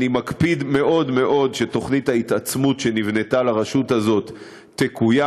אני מקפיד מאוד מאוד שתוכנית ההתעצמות שנבנתה לרשות הזאת תקוים.